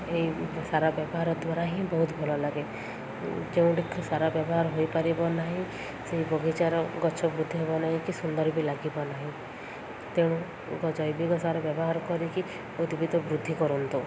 ଏଇ ସାରା ବ୍ୟବହାର ଦ୍ୱାରା ହିଁ ବହୁତ ଭଲ ଲାଗେ ଯେଉଁଠିକି ସାର ବ୍ୟବହାର ହୋଇପାରିବ ନାହିଁ ସେଇ ବଗିଚାର ଗଛ ବୃଦ୍ଧି ହେବ ନାହିଁ କି ସୁନ୍ଦର ବି ଲାଗିବ ନାହିଁ ତେଣୁ ଜୈବିକ ସାର ବ୍ୟବହାର କରିକି ଉଦ୍ଭିଦ ବୃଦ୍ଧି କରନ୍ତୁ